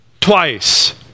twice